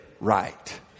right